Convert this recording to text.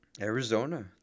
Arizona